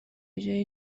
جای